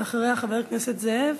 ולאחריה, חבר הכנסת זאב